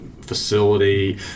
facility